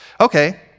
Okay